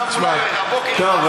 בבקשה,